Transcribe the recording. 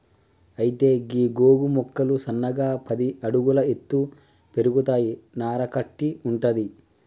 అయితే గీ గోగు మొక్కలు సన్నగా పది అడుగుల ఎత్తు పెరుగుతాయి నార కట్టి వుంటది